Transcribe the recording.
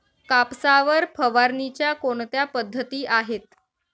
कापसावर फवारणीच्या कोणत्या पद्धती आहेत?